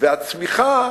והצמיחה